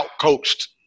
outcoached